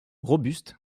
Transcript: robuste